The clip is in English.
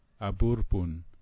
aburpun